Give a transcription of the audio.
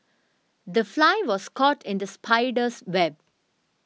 the fly was caught in the spider's web